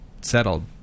settled